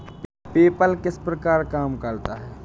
PayPal किस प्रकार काम करता है?